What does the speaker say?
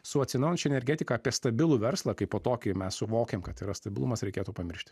su atsinaujinančia energetika apie stabilų verslą kaipo tokį mes suvokiam kad yra stabilumas reikėtų pamiršti